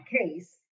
case